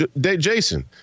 Jason